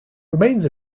remains